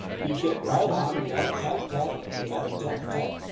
he kept right on, rat-a-tat-tat-tat, rat-a-tat-tat-tat,